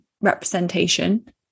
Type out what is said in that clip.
representation